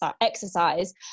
exercise